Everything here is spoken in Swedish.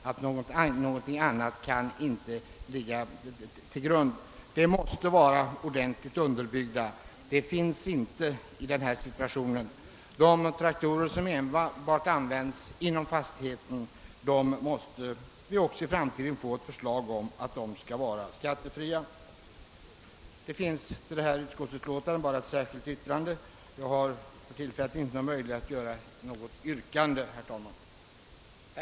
Om någonting annat skall läggas till grund för beskatt-- ningen måste förslaget vara ordentligt underbyggt, och det har inte varit fallet. För traktorer som används enbart inom jordbruksfastigheten måste framläggas förslag om skattefrihet. Till utskottsutlåtandet har emellertid endast fogats ett särskilt yttrande, och jag har därför ingen möjlighet att nu framställa något yrkande i den riktning jag här antytt.